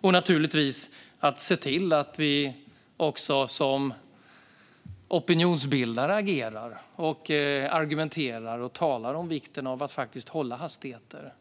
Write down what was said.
Som opinionsbildare ska vi naturligtvis också agera och argumentera och tala om vikten av att faktiskt hålla hastigheter